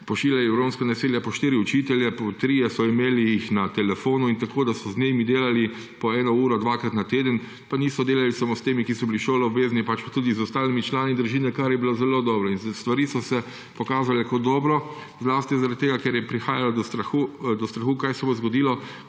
pošiljali v romska naselja po štiri učitelje, po trije so jih imeli na telefonu, tako da so z njimi delali po eno uro dvakrat na teden. Pa niso delali samo s temi, ki so bili šoloobvezni, pač pa tudi z ostalimi člani družine, kar je bilo zelo dobro. Stvari so se pokazale kot dobre, zlasti ker je prihajalo do strahu, kaj se bo zgodilo,